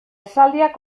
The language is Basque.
esaldiak